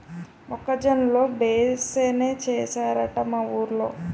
మొక్క జొన్న లో బెంసేనేశారట మా ఊరోలు